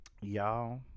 Y'all